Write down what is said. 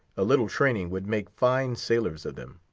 a little training would make fine sailors of them.